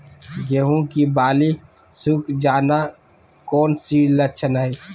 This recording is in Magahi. गेंहू की बाली सुख जाना कौन सी लक्षण है?